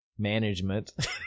management